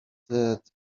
that